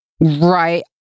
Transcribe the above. right